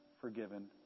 forgiven